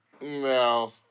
No